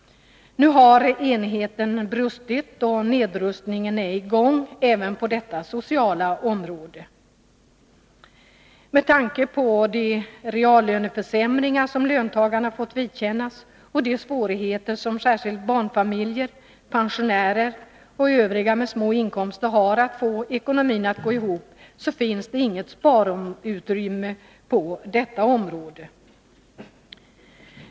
Nu har enigheten brutits, och nedrustningen är i gång även på detta sociala område. Med tanke på de reallöneförsämringar som löntagarna fått vidkännas och de svårigheter som särskilt barnfamiljer, pensionärer och övriga med små inkomster har att få ekonomin att gå ihop finns inget sparutrymme på detta område.